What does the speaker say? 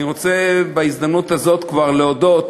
אני רוצה בהזדמנות הזאת כבר להודות